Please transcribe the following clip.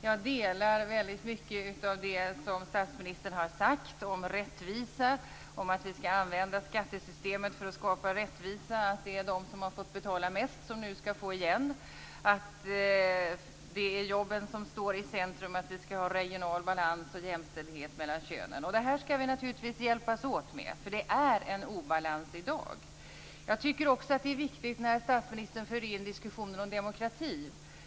Jag delar väldigt mycket av det som statsministern har sagt om rättvisa, om att vi skall använda skattesystemet för att skapa rättvisa, att det är de som har fått betala mest som nu skall få igen, att det är jobben som står i centrum, att vi skall ha regional balans och jämställdhet mellan könen. Det här skall vi naturligtvis hjälpas åt med, för det är en obalans i dag. Jag tycker också att det är viktigt när statsministern för in diskussionen på demokrati.